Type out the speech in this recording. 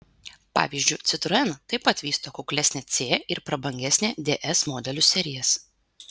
pavyzdžiui citroen taip pat vysto kuklesnę c ir prabangesnę ds modelių serijas